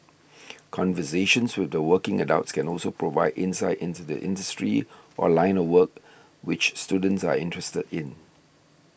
conversations with working adults can also provide insight into the industry or line of work which students are interested in